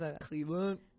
Cleveland